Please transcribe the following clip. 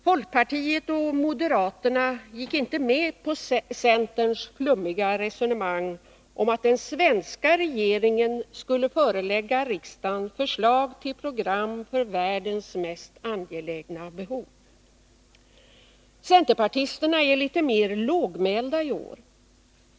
Folkpartiet och moderaterna gick inte med på centerns flummiga resonemang om att den svenska regeringen skulle förelägga riksdagen förslag till program för världens mest angelägna behov. Centerpartisterna är lite mer lågmälda i år.